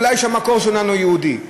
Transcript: ואולי המקור שלנו יהודי.